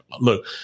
look